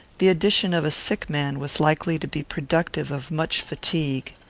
the addition of a sick man was likely to be productive of much fatigue.